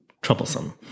troublesome